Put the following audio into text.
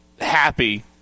happy